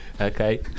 Okay